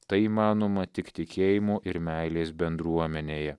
tai įmanoma tik tikėjimo ir meilės bendruomenėje